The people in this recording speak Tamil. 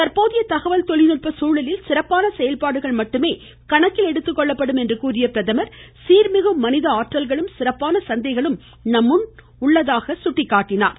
தற்போதைய தகவல் தொழில்நுட்ப சூழலில் சிறப்பான செயல்பாடுகள் மட்டுமே கணக்கில் எடுத்துக்கொள்ளப்படும் என்று கூறிய அவர் சீர்மிகு மனித ஆற்றல்களும் சிறப்பான சந்தைகளும் நம்முன் உள்ளதாகவும் கூறினார்